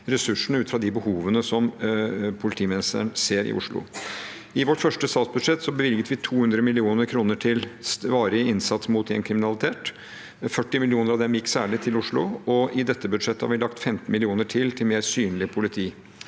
ressursene ut fra de behovene politimesteren ser i Oslo. I vårt første statsbudsjett bevilget vi 200 mill. kr til varig innsats mot gjengkriminalitet. Av disse gikk 40 mill. kr særlig til Oslo, og i dette budsjettet har vi lagt til 15 mill. kr til mer synlig politi.